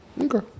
Okay